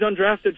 undrafted